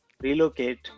relocate